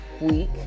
week